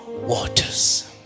waters